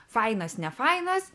fainas nefainas